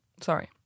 Sorry